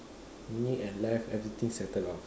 you need a life everything settled off